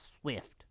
Swift